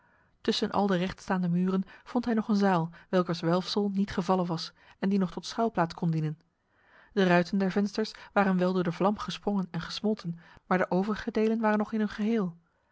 tussen al de rechtstaande muren vond hij nog een zaal welkers welfsel niet gevallen was en die nog tot schuilplaats kon dienen de ruiten der vensters waren wel door de vlam gesprongen en gesmolten maar de overige delen waren nog in hun geheel